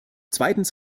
zweitens